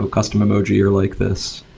custom emoji are like this.